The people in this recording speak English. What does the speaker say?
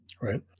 Right